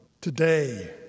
Today